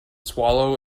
swallow